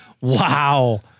Wow